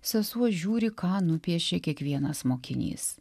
sesuo žiūri ką nupiešė kiekvienas mokinys